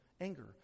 anger